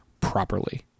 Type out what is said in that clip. properly